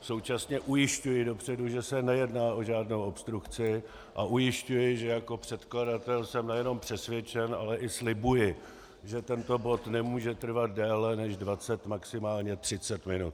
Současně ujišťuji dopředu, že se nejedná o žádnou obstrukci, a ujišťuji, že jako předkladatel jsem nejenom přesvědčen, ale i slibuji, že tento bod nemůže trvat déle než dvacet, maximálně třicet minut.